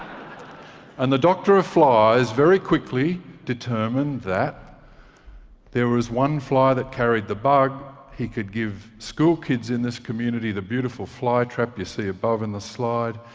and the doctor of flies very quickly determined that there was one fly that carried the bug. he could give school kids in this community the beautiful fly trap you see above in the slide.